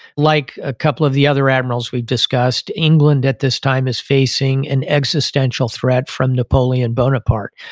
like a couple of the other admirals we've discussed, england at this time is facing an existential threat from napoleon bonaparte,